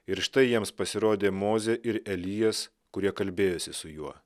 ir štai jiems pasirodė mozė ir elijas kurie kalbėjosi su juo